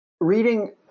reading